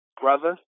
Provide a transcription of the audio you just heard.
Brother